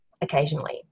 occasionally